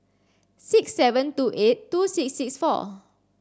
six seven two eight two six six four